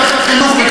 משרד החינוך.